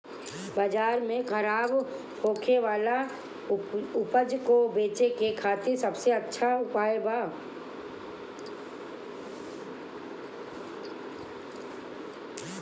बाजार में खराब होखे वाला उपज को बेचे के खातिर सबसे अच्छा उपाय का बा?